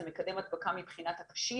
זה מקדם הדבקה מבחינת הקשים